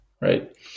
right